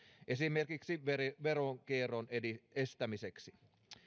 esimerkiksi veronkierron estämiseksi